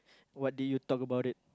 what did you talk about it